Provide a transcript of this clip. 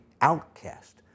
outcast